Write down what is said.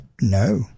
No